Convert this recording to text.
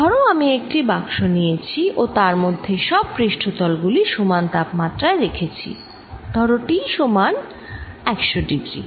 ধরো আমি একটি বাক্স নিয়েছি ও তার মধ্যে সব পৃষ্ঠ তল গুলি সমান তাপমাত্রায় রেখেছি ধরো T সমান 100 ডিগ্রী